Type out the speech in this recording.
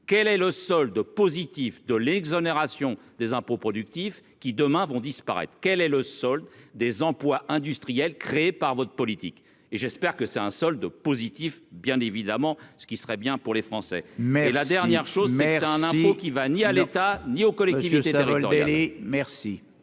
quel est le solde positif de l'exonération des impôts productif qui demain vont disparaître, quel est le solde des emplois industriels créé par votre politique et j'espère que c'est un solde positif, bien évidemment, ce qui serait bien pour les Français, mais la dernière chose, un impôt qui va, ni à l'État ni au collectif merci.